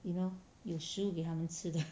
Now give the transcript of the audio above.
you know 有食物给他们吃的